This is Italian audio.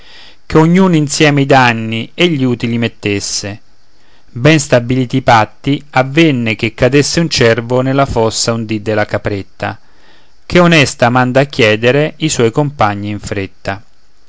che ognun insieme i danni e gli utili mettesse ben stabiliti i patti avvenne che cadesse un cervo nella fossa un dì della capretta che onesta manda a chiedere i suoi compagni in fretta